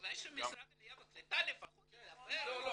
אולי שמשרד העלייה והקליטה לפחות ידבר --- לא,